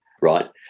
Right